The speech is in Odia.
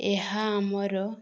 ଏହା ଆମର